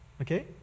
okay